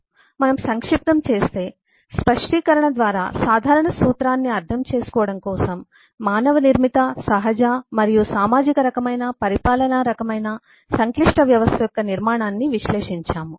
కాబట్టి మనం సంక్షిప్తం చేస్తే స్పష్టీకరణ ద్వారా సాధారణ సూత్రాన్ని అర్థం చేసుకోవడం కోసం మానవ నిర్మిత సహజ మరియు సామాజిక రకమైన పరిపాలనా రకమైన సంక్లిష్ట వ్యవస్థ యొక్క నిర్మాణాన్ని విశ్లేషించాము